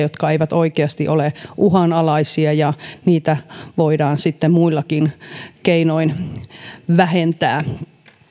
jotka eivät oikeasti ole uhanalaisia ja niitä voidaan sitten muillakin keinoin vähentää